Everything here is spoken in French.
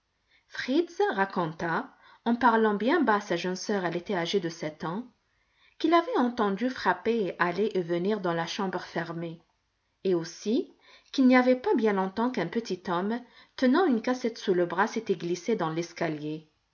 fritz raconta en parlant bien bas à sa jeune sœur elle était âgée de sept ans qu'il avait entendu frapper et aller et venir dans la chambre fermée et aussi qu'il n'y avait pas bien longtemps qu'un petit homme tenant une cassette sous le bras s'était glissé dans l'escalier